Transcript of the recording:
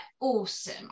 awesome